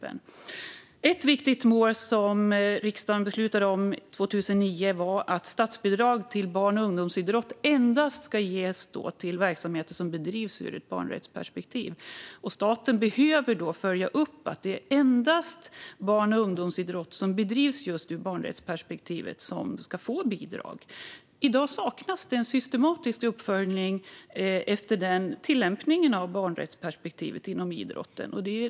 Ett viktigt mål som riksdagen beslutade om 2009 är att statsbidrag till barn och ungdomsidrott endast ska ges till verksamheter som bedrivs ur ett barnrättsperspektiv. Staten behöver följa upp att det är endast barn och ungdomsidrott som bedrivs ur barnrättsperspektiv som ska få bidrag. I dag saknas en systematisk uppföljning av denna tillämpning av barnrättsperspektivet inom idrotten.